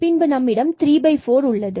பின்பு நம்மிடம் ¾ உள்ளது